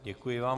Děkuji vám.